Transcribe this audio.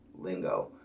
lingo